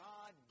God